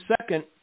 second